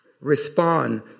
respond